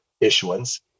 issuance